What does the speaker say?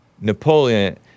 Napoleon